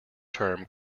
term